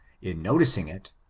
in noticing it,